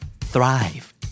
Thrive